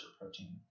protein